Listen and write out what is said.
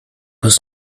was